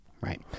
right